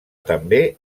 també